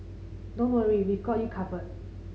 don't worry we've got you covered